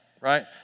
Right